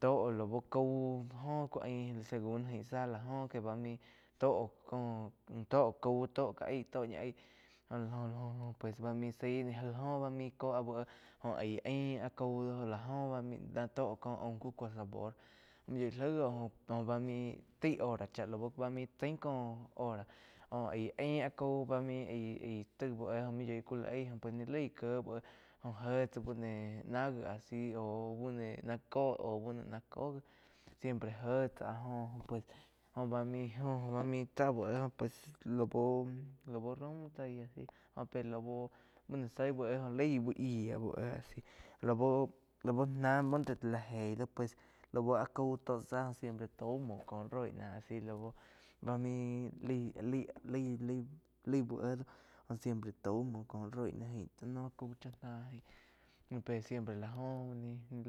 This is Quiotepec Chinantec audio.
Tó lau cau óh ku aín según jain záh la go que bá mái tó cóh to cau tó caíg tó náh aig jo-jo pues bá maig zái ni aíg óh íh cí a bu éh aín áh cau áh jo bá main lá jo tóh có áh úh ku maíh yoi laig oh bá maig teí hora chá lau chaín koh hora jó gie aín áh caú aíh-ái taí úh éh óh maig yóh ku la aíg laí kíe úh éh jéh tsá bú no náh gi a si aú bu no náh kóh bu no náh cóh siempre jé tsá áh joh jo bá meín tsá úh éh lau naum ih a si laú bu no zái úh éh oh laig úh yía áh úh éh lau-lau náh muo tá la jeí dó pues laú áh cau tó záh. Siempre tau muo kó rói náh a si bá maí lai-lai, lai úh éh doh siempre tau muo ko roi náh áh noh cau chá náh jain jo pe siempre la jó